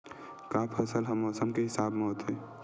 का फसल ह मौसम के हिसाब म होथे?